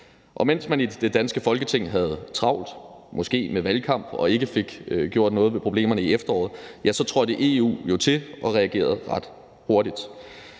Og mens man i det danske Folketing havde travlt, måske med valgkamp, og ikke fik gjort noget ved problemerne i efteråret, trådte EU jo til og reagerede ret hurtigt.